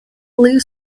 blue